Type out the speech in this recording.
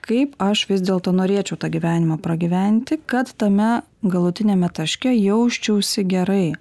kaip aš vis dėlto norėčiau tą gyvenimą pragyventi kad tame galutiniame taške jausčiausi gerai